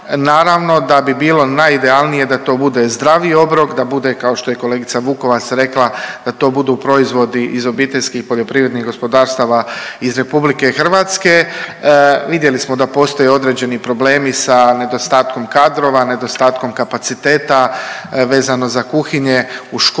naravno da bi bilo najidealnije da to bude zdravi obrok, da bude kao što je i kolegica Vukovac rekla da to budu proizvodi iz OPG-ova iz RH. Vidjeli smo da postoje određeni problemi sa nedostatkom kadrova, nedostatkom kapaciteta vezano za kuhinje u školama,